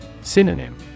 Synonym